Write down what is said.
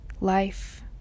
Life